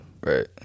right